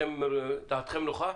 דעתכם נוחה?